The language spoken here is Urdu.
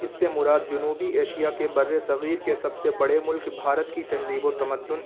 اس سے مراد جنوبی ایشیا کے بر صغیر کے سب سے بڑے ملک بھارت کی تہذیب و تمدن